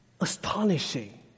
astonishing